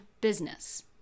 business